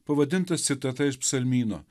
pavadintas citata iš psalmyno